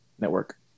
network